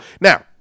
Now